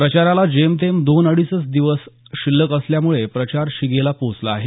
प्रचाराला जेमतेम दोन अडीच दिवसच शिल्लक असल्यामुळे प्रचार शीगेला पोहोचला आहे